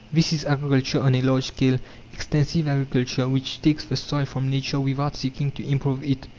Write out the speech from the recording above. this is agriculture on a large scale extensive agriculture, which takes the soil from nature without seeking to improve it.